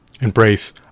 embrace